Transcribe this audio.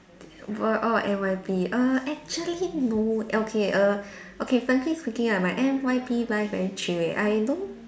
wor~ orh N_Y_P err actually no okay err okay frankly speaking ah my N_Y_P life very chill leh I don't